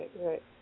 Right